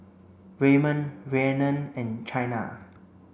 Ramon Rhiannon and Chynna